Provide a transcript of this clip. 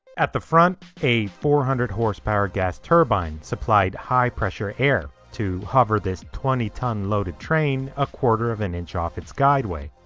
at the front, a four hundred horse power gas-turbine supplied high-pressure air to hover this twenty tonne loaded train a quarter of an inch off its guideway.